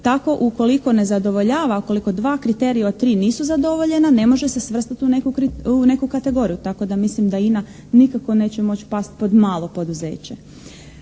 Tako ukoliko ne zadovoljava, ukoliko dva kriterija od tri nisu zadovoljena ne može se svrstati u neku kategoriju tako da mislim da INA nikako neće moći pasti pod malo poduzeće.